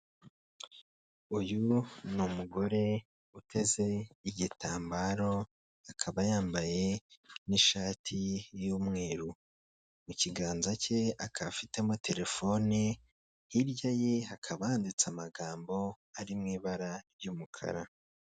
Uyu ni umugore uteze igitambaro, akaba yambaye n'ishati y'umweru, mu kiganza cye akaba afitemo telefoni, hirya ye hakaba handitse amagambo ari mu ibara ry'umukara.